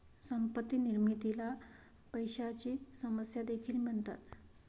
संपत्ती निर्मितीला पैशाची समस्या देखील म्हणतात